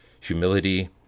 humility